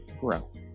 grow